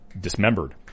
dismembered